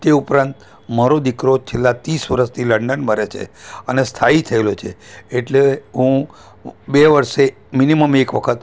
તે ઉપરાંત મારો દીકરો છેલ્લા ત્રીસ વરસથી લંડનમાં રહે છે અને સ્થાયી થયેલો છે એટલે હું બે વરસે મિનિમમ એક વખત